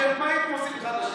אחרת מה הייתם עושים אחד לשני.